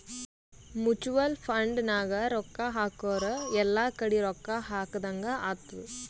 mutual fund ನಾಗ್ ರೊಕ್ಕಾ ಹಾಕುರ್ ಎಲ್ಲಾ ಕಡಿ ರೊಕ್ಕಾ ಹಾಕದಂಗ್ ಆತ್ತುದ್